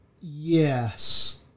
Yes